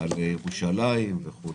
ירושלים וכולי.